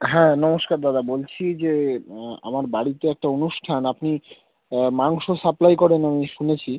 হ্যাঁ নমস্কার দাদা বলছি যে আমার বাড়িতে একটা অনুষ্ঠান আপনি মাংস সাপ্লাই করেন আমি শুনেছি